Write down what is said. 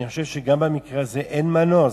אני חושב שגם במקרה הזה אין מנוס.